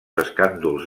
escàndols